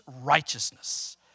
righteousness